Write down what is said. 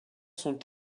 sont